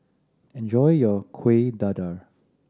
enjoy your Kuih Dadar